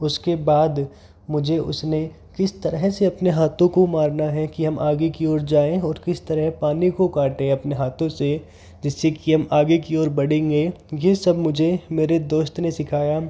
उसके बाद मुझे उसने किस तरह से अपने हाथों को मारना है कि हम आगे की ओर जाये और किस तरह पानी को काटें अपने हाथों से जिससे कि हम आगे की ओर बढ़ेंगे ये सब मुझे मेरे दोस्त ने सिखाया